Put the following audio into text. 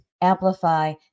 amplify